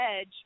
edge